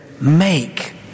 make